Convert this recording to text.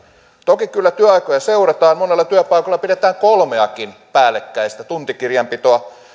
toki kyllä työaikoja seurataan monella työpaikalla pidetään kolmeakin päällekkäistä tuntikirjanpitoa